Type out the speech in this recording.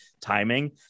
timing